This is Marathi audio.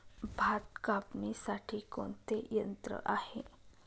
भात कापणीसाठी कोणते यंत्र आहे?